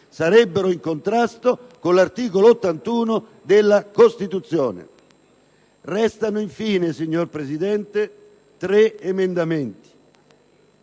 sarebbe in contrasto con l'articolo 81 della Costituzione. Restano infine, signor Presidente, tre emendamenti.